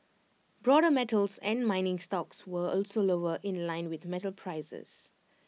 broader metals and mining stocks were also lower in line with metal prices